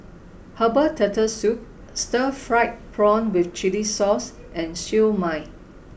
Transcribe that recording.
Herbal Turtle Soup Stir Fried Prawn With Chili Sauce and Siew Mai